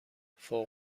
فوق